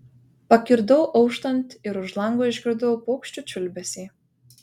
pakirdau auštant ir už lango išgirdau paukščių čiulbesį